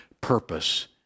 purpose